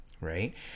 right